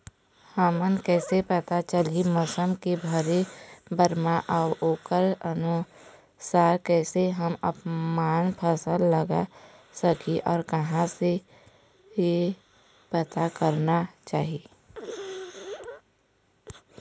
हमन कैसे पता चलही मौसम के भरे बर मा अउ ओकर अनुसार कैसे हम आपमन फसल लगा सकही अउ कहां से पता करना चाही?